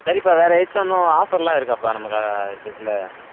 சரிப்பா வேறு ஏதாச்சும் இன்னும் ஆஃபர்லாம் இருக்காப்பா நம்ம கா ஷெட்ல